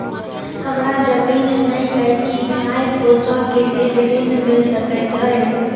हमरा जमीन नै अई की गाय पोसअ केँ लेल ऋण मिल सकैत अई?